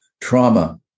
trauma